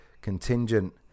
contingent